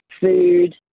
food